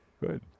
good